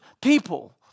people